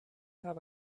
have